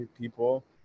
people